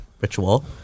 ritual